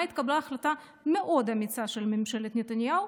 התקבלה החלטה מאוד אמיצה של ממשלת נתניהו,